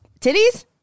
titties